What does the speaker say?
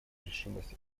решимость